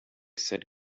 said